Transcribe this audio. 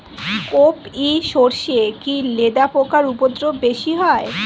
কোপ ই সরষে কি লেদা পোকার উপদ্রব বেশি হয়?